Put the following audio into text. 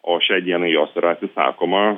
o šiai dienai jos yra atsisakoma